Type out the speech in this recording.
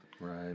Right